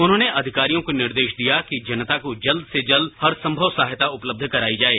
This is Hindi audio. उन्होंने अधिकारियों को निर्देश दिया कि जनता को जल्द से जल्द हरसंभवसहायता उपलब्ध कराई जाये